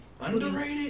Underrated